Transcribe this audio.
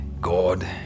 God